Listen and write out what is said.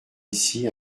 ici